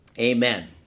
Amen